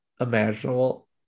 imaginable